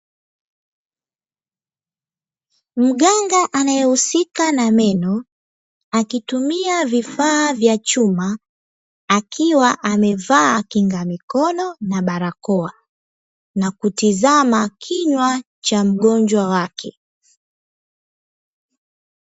Mganga anayehusika na meno, akitumia vifaa vya chuma. Akiwa amevaa kikinga mikono na barakoa, na kutizama kinywa cha mgonjwa wake.